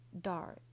dark